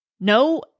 No